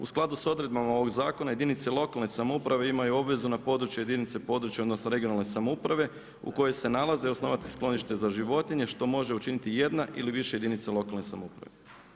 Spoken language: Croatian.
U skladu s odredbama ovog zakona jedinice lokalne samouprave imaju obvezu na području jedinice područne, odnosno regionalne samouprave, u kojoj se nalaze osnovati sklonište za životinje što može učiniti jedna ili više jedinica lokalne samouprave.